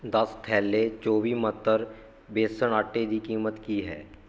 ਦਸ ਥੈਲੇ ਚੌਵੀ ਮੰਤਰ ਬੇਸਨ ਆਟੇ ਦੀ ਕੀਮਤ ਕੀ ਹੈ